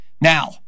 Now